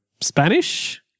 Spanish